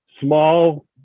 small